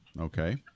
Okay